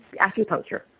acupuncture